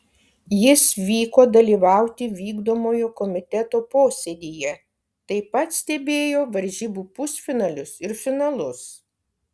jis vyko dalyvauti vykdomojo komiteto posėdyje taip pat stebėjo varžybų pusfinalius ir finalus